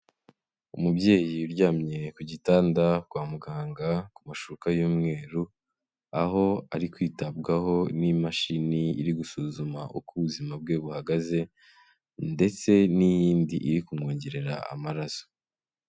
Umubyeyi uryamye ku gitanda kwa muganga ku mashuka y'umweru, aho ari kwitabwaho n'imashini iri gusuzuma uko ubuzima bwe buhagaze ndetse n'iyindi iri kumwongerera amaraso.